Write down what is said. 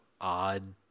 odd